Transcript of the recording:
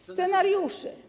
Scenariuszy.